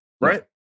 Right